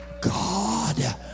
God